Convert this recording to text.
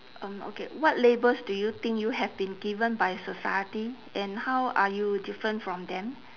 um okay what labels do you think you have been given by society and how are you different from them